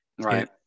Right